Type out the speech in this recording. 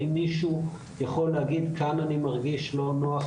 האם מישהו יכול להגיד כאן אני מרגיש לא נוח,